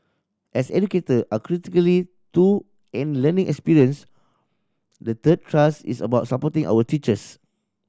as educator are critically to any learning experience the third thrust is about supporting our teachers